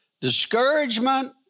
Discouragement